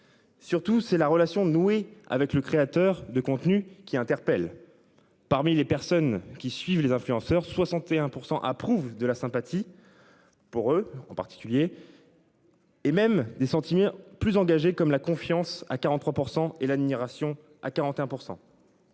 Surtout c'est la relation nouée avec le créateur de contenus qui interpelle. Parmi les personnes qui suivent les influenceurs 61% approuvent de la sympathie. Pour eux en particulier. Et même des sentiments plus engagé comme la confiance à 43% et l'admiration à 41%.